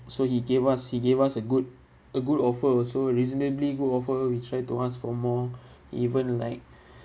so he gave us he gave us a good a good offer also reasonably good offer we try to ask for more even like